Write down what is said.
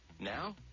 Now